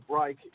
break